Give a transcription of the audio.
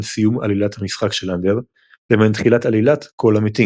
סיום עלילת "המשחק של אנדר" לבין תחילת עלילת "קול למתים".